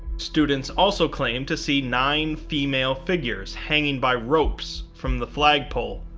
students also claim to see nine female figures hanging by ropes from the flagpole,